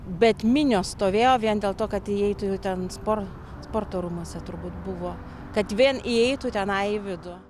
bet minios stovėjo vien dėl to kad įeitų į ten spor sporto rūmuose turbūt buvo kad vien įeitų tenai į vidų